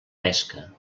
pesca